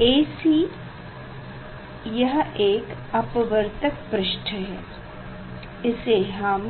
AC यह अपवर्तक पृष्ठ है इसे हम